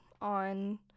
on